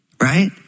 right